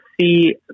see